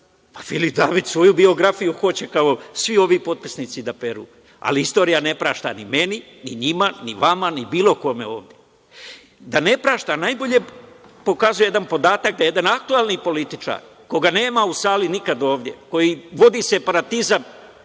Filip David svoju biografiju hoće kao svi ovi potpisnici da peru, ali istorija ne prašta ni meni, ni njima, ni vama, ni bilo kome ovde. Da ne prašta najbolje pokazuje jedan podatak, da jedan aktuelni političar, koga nema u sali nikad ovde, koji vodi separatizam